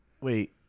Wait